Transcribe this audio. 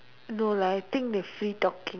no lah I think they free talking